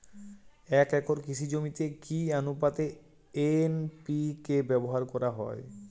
এক একর কৃষি জমিতে কি আনুপাতে এন.পি.কে ব্যবহার করা হয়?